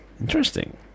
Interesting